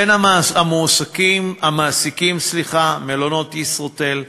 בין המעסיקים מלונות "ישרוטל",